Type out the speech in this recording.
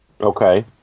Okay